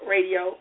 Radio